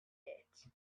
yet